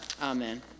amen